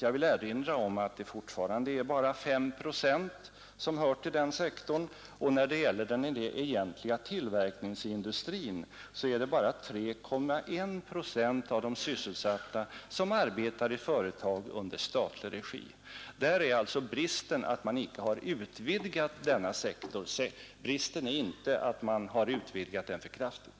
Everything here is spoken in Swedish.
Jag vill erinra om att det fortfarande bara är 5 procent av de anställda som hör till den sektorn, och när det gäller den egentliga tillverkningsindustrin är det bara 3,1 procent av de sysselsatta som arbetar i företag under statlig regi. Bristen består alltså i att man inte har utvidgat denna sektor, inte i att man har utvidgat den för kraftigt.